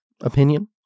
opinion